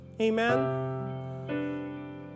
amen